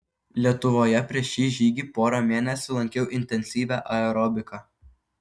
lietuvoje prieš šį žygį porą mėnesių lankiau intensyvią aerobiką